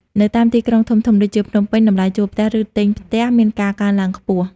នៅតាមទីក្រុងធំៗ ដូចជាភ្នំពេញ តម្លៃជួលផ្ទះ ឬទិញផ្ទះមានការកើនឡើងខ្ពស់។